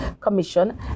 commission